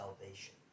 salvation